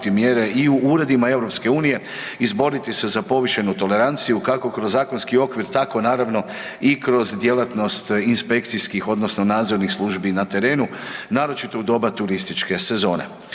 i u uredima EU-a, izboriti se za povišenu toleranciju kako kroz zakonski okvir tako naravno i kroz djelatnost inspekcijskih odnosno nadzornih službi na terenu, naročito u doba turističke sezone.